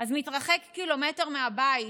ומתרחק קילומטר מהבית,